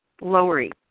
lowering